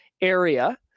area